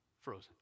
frozen